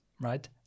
right